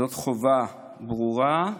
זאת חובה ברורה,